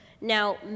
Now